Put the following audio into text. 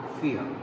fear